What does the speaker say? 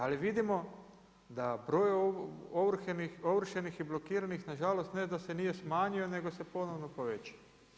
Ali vidimo da broj ovršenih i blokiranih nažalost, ne da se nije smanjio nego se ponovno povećao.